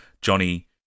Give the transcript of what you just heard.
Johnny